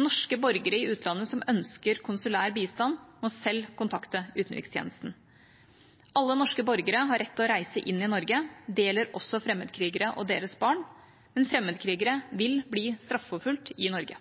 Norske borgere i utlandet som ønsker konsulær bistand, må selv kontakte utenrikstjenesten. Alle norske borgere har rett til å reise inn i Norge. Det gjelder også fremmedkrigere og deres barn, men fremmedkrigere vil bli straffeforfulgt i Norge.